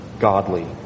godly